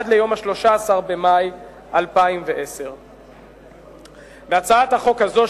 עד ליום 13 במאי 2010. בהצעת החוק הזאת,